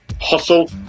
hustle